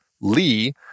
Lee